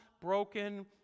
broken